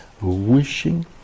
wishing